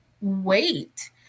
wait